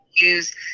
use